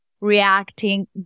reacting